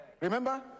Remember